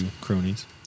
cronies